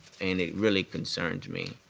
and it really concerns me,